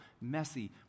messy